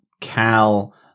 cal